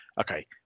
okay